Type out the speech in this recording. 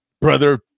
brother